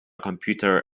computer